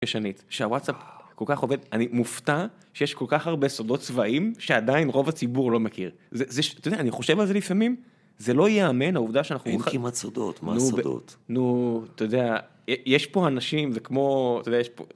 ושנית, שהוואטסאפ כל כך עובד, אני מופתע שיש כל כך הרבה סודות צבאיים, שעדיין רוב הציבור לא מכיר. זה שאתה יודע, אני חושב על זה לפעמים, זה לא ייאמן העובדה שאנחנו הולכים... -אין כמעט סודות, מה הסודות? -נו, אתה יודע, יש פה אנשים, זה כמו, אתה יודע, יש פה...